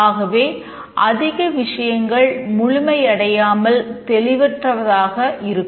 ஆகவே அதிக விசயங்கள் முழுமையடையாமல் தெளிவற்றதாக இருக்கும்